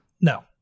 No